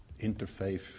interfaith